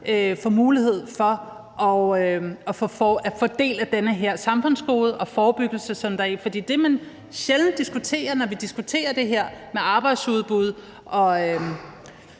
får mulighed for at få del i det her samfundsgode og den forebyggelse, som der ligger i det. For det, man sjældent diskuterer, når vi diskuterer det her med arbejdsudbud og